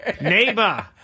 neighbor